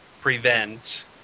prevent